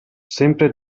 sempre